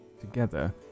together